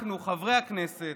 אנחנו, חברי הכנסת,